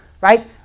right